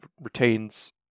retains